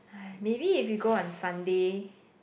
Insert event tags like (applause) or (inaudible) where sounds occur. (breath) maybe if we go on Sunday